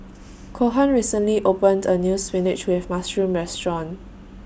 Cohen recently opened A New Spinach with Mushroom Restaurant